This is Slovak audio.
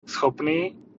schopný